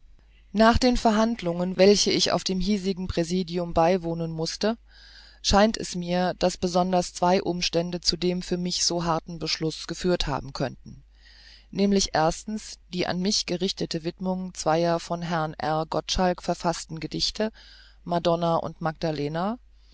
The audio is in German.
nach den verhandlungen welchen ich auf dem hiesigen präsidium beiwohnen mußte scheint es mir daß besonders zwei umstände zu dem für mich so harten beschluß geführt haben könnten nämlich erstens die an mich gerichtete widmung zweier von herrn r gottschall verfaßter gedichte madonna und magdalena